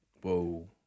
whoa